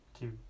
two